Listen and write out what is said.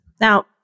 Now